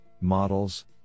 models